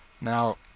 Now